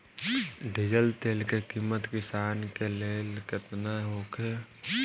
Diesel तेल के किमत किसान के लेल केतना होखे?